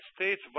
states